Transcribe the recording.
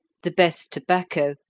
the best tobacco,